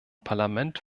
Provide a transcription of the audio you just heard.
parlament